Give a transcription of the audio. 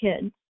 kids